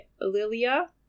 Lilia